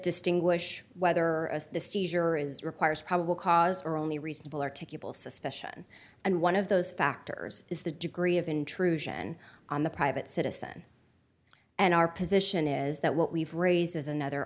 distinguish whether as the seizure is requires probable cause or only reasonable articulable suspicion and one of those factors is the degree of intrusion on the private citizen and our position is that what we've raised is another